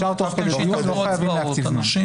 אפשר תוך כדי דיון, לא חייבים להקציב זמן.